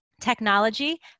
technology